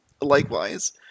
Likewise